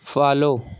follow